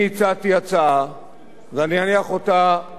ואני אניח אותה בקרוב על שולחן הממשלה,